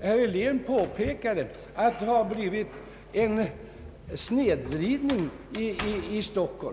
herr Helén påpekade, ett faktum att det har blivit en snedvridning i Stockholm.